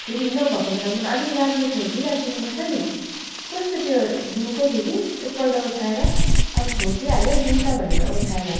फेरि नभएको बेलामा त अलिक राम्रो छोडिदिइ राखिदिनुपर्छ नि कस्तो त्यो धोएको थिएँ कि एकपल्ट ओछ्याएर अब छोडिदिइहाल्यो लौ न त भनेर ओछ्याएर